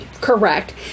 correct